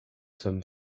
sommes